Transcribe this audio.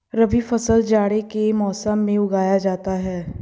रबी फसल जाड़े के मौसम में उगाया जाता है